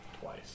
Twice